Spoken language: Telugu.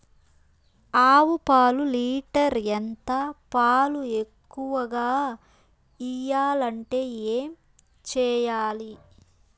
ఆవు పాలు లీటర్ ఎంత? పాలు ఎక్కువగా ఇయ్యాలంటే ఏం చేయాలి?